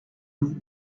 him